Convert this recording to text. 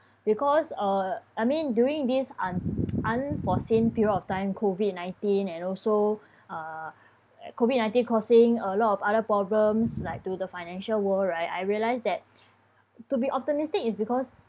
because uh I mean during this un~ unforeseen period of time COVID nineteen and also uh COVID nineteen causing a lot of other problems like to the financial world right I realise that to be optimistic is because